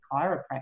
chiropractor